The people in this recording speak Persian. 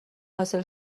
حاصل